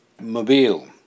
mobile